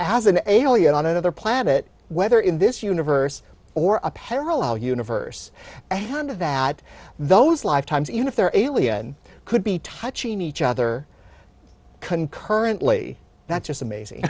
as an alien on another planet whether in this universe or a parallel universe and that those lifetimes even if there could be touching each other concurrently that's just amazing